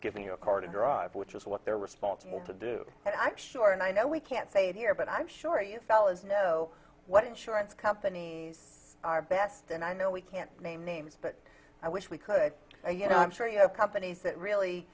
giving you a car to drive which is what they're responsible to do and i'm sure and i know we can't say here but i'm sure you know what insurance companies are best and i know we can't name names but i wish we could you know i'm sure you have companies that really